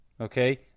Okay